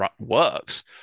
works